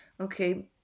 Okay